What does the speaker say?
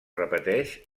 repeteix